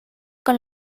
con